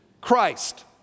Christ